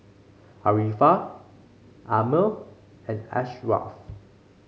Arifa Ammir and Ashraff